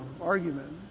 argument